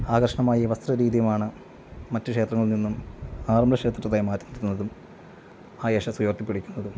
ആകർഷണമായ ഈ വസ്ത്ര രീതിയുമാണ് മറ്റു ക്ഷേത്രങ്ങളിൽ നിന്നും ആറന്മുള ക്ഷേത്രത്തെ മാറ്റി നിർത്തുന്നതും ആ യശസ്സ് ഉയർത്തി പിടിക്കുന്നതും